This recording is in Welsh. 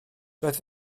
doedd